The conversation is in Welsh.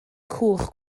cwch